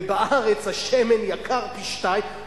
ובארץ השמן יקר פי-שניים,